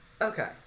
Okay